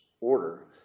order